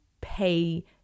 pay